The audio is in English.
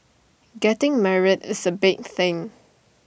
getting married is A big thing